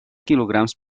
quilograms